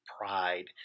pride